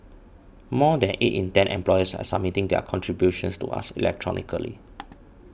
more than eight in ten employers are submitting their contributions to us electronically